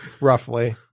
roughly